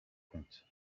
comptes